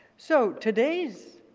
so today's